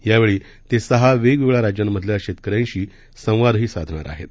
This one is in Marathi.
यावेळीतेसहावेगवेगळ्याराज्यांमधल्याशेतकऱ्यांशीसंवादहीसाधणारआहेत